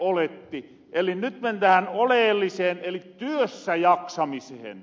eli nyt mennään oleelliseen eli työssäjaksamisehen